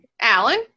Alan